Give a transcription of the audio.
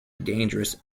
dangerous